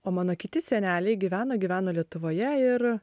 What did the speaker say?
o mano kiti seneliai gyvena gyveno lietuvoje ir